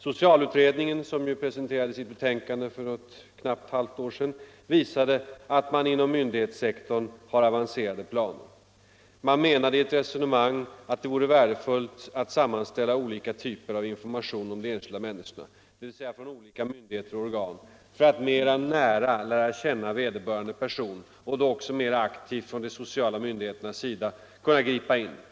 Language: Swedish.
Socialutredningen, som ju presenterade sitt betänkande för knappt ett halvt år sedan, visade att man inom myndighetssektorn har avancerade planer. Utredningen förde ett resonemang om att det vore värdefullt att sammanställa olika typer av information från olika myndigheter och organ om de enskilda människorna för att mera nära lära känna vederbörande och då också mera aktivt från de sociala myndigheternas sida kunna gripa in.